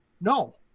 No